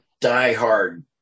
diehard